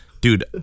dude